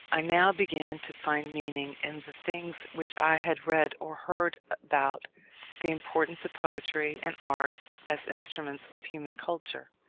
i now began to find meaning in the things, which i had read or heard about the importance of poetry and art as instruments of human culture.